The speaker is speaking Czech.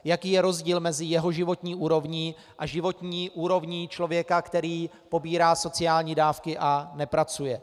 Jaký je rozdíl mezi jeho životní úrovní a životní úrovní člověka, který pobírá sociální dávky a nepracuje?